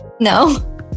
no